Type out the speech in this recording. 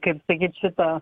kaip sakyt šitą